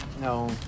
no